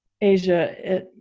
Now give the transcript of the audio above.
Asia